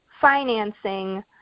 financing